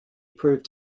proved